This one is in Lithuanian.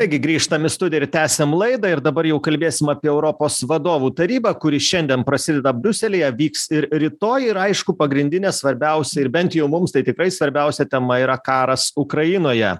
taigi grįžtam į studiją tęsiame laidą ir dabar jau kalbėsim apie europos vadovų tarybą kuri šiandien prasideda briuselyje vyks ir rytoj ir aišku pagrindinė svarbiausia ir bent jau mums tai tikrai svarbiausia tema yra karas ukrainoje